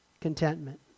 contentment